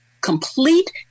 complete